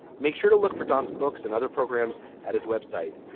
make sure to look for don's books and other programs at his web site.